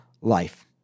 life